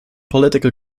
political